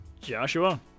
Joshua